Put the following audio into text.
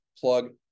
plug